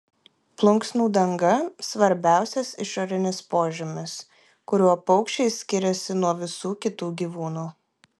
plunksnų danga svarbiausias išorinis požymis kuriuo paukščiai skiriasi nuo visų kitų gyvūnų